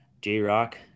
J-Rock